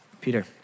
Peter